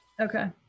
okay